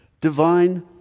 divine